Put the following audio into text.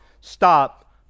stop